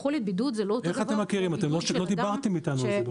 איך אתם מכירים אם לא דיברתם איתנו?